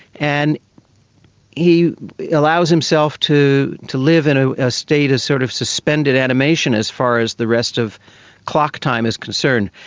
and he allows himself to to live in a ah state of sort of suspended animation as far as the rest of clock time is concerned.